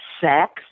sex